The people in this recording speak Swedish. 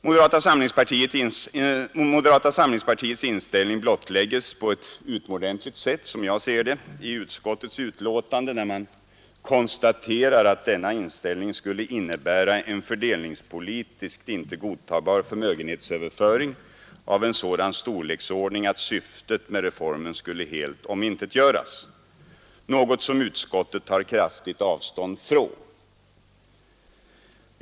Moderata samlingspartiets inställning blottlägges på ett, som jag ser det, utomordentligt sätt i utskottets betänkande, när man konstaterar att denna inställning skulle innebära en fördelningspolitiskt inte godtagbar förmögenhetsöverföring av en sådan storleksordning, att syftet med reformen skulle helt omintetgöras, något som utskottet tar kraftigt avstånd från.